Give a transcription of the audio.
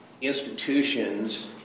institutions